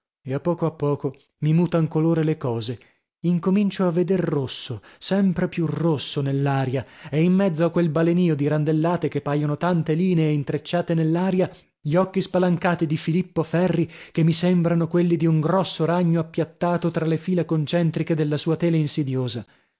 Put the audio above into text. e a poco a poco mi mutan colore le cose incomincio a veder rosso sempre più rosso nell'aria e in mezzo a quel balenio di randellate che paiono tante linee intrecciate nell'aria gli occhi spalancati di filippo ferri che mi sembrano quelli di un grosso ragno appiattato tra le fila concentriche della sua tela insidiosa